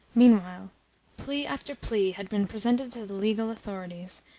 meanwhile plea after plea had been presented to the legal authorities,